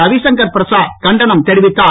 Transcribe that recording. ரவிசங்கர் பிரசாத் கண்டனம் தெரிவித்தார்